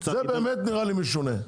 זה באמת נראה לי משונה.